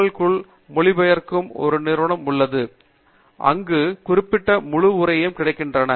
L க்குள் மொழிபெயர்க்கும் ஒரு நிறுவனம் உள்ளது அங்கு குறிப்பிட்ட முழு உரையும் கிடைக்கின்றது